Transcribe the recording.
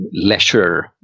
leisure